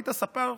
היית ספר?